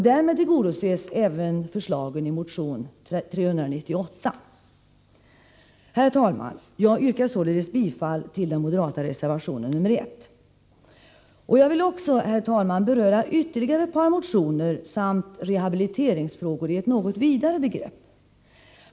Därmed tillgodoses även förslagen i motion 398. Herr talman! Jag yrkar således bifall till den moderata reservationen nr 1. Jag vill också beröra ytterligare ett par motioner samt rehabiliteringsfrågor i ett något vidare begrepp.